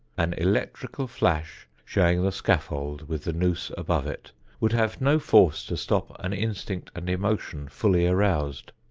an electrical flash showing the scaffold with the noose above it would have no force to stop an instinct and emotion fully aroused.